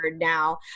now